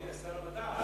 אדוני היה שר המדע.